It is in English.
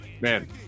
man